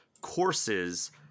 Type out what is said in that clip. courses